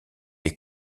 les